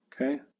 Okay